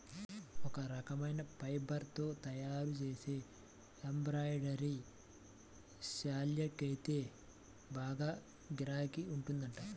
ఒక రకమైన ఫైబర్ తో తయ్యారుజేసే ఎంబ్రాయిడరీ శాల్వాకైతే బాగా గిరాకీ ఉందంట